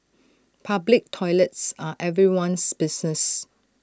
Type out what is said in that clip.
public toilets are everyone's business